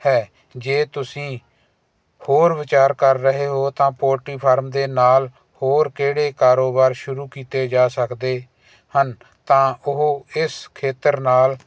ਹੈ ਜੇ ਤੁਸੀਂ ਹੋਰ ਵਿਚਾਰ ਕਰ ਰਹੇ ਹੋ ਤਾਂ ਪੋਟਰੀ ਫਾਰਮ ਦੇ ਨਾਲ ਹੋਰ ਕਿਹੜੇ ਕਾਰੋਬਾਰ ਸ਼ੁਰੂ ਕੀਤੇ ਜਾ ਸਕਦੇ ਹਨ ਤਾਂ ਉਹ ਇਸ ਖੇਤਰ ਨਾਲ